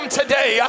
today